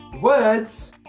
words